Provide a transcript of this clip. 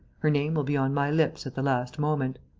her name will be on my lips at the last moment.